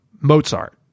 Mozart